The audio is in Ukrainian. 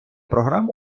програм